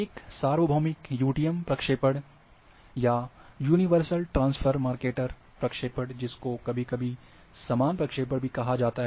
एक सार्वभौमिक यूटीएम प्रक्षेपण या यूनिवर्सल ट्रांसफर मर्केटर प्रक्षेपण जिसको कभी कभी समान क्षेत्र प्रक्षेपण भी कहा जाता है